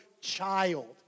child